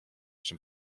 czym